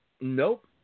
Nope